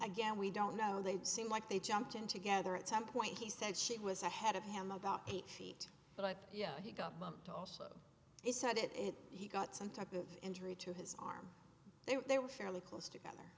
again we don't know they seem like they jumped in to gether at some point he said she was ahead of him about eight feet but yeah he got bumped also he said it he got some type of injury to his arm there they were fairly close to